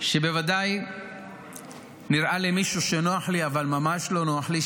שבוודאי נראה למישהו שנוח לי אבל ממש לא נוח לי,